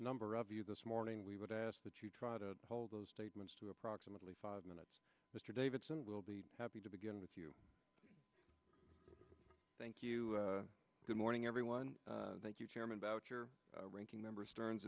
ber of you this morning we would ask that you try to hold those statements to approximately five minutes mr davidson will be happy to begin with you thank you good morning everyone thank you chairman boucher ranking member stearns